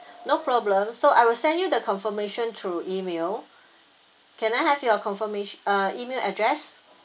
no problem so I will send you the confirmation through email can I have your confirmation uh email address